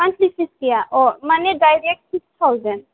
monthly fees गैया माने direct six thousand